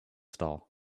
stall